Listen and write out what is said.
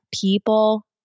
people